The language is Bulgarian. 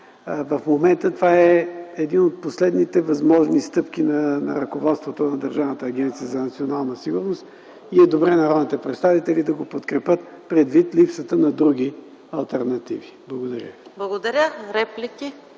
В момента това е една от последните възможни стъпки на ръководството на Държавната агенция „Национална сигурност” и е добре народните представители да го подкрепят предвид липсата на други алтернативи. Благодаря. ПРЕДСЕДАТЕЛ